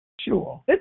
Sure